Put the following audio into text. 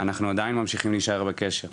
אנחנו עדיין ממשיכים להישאר בקשר.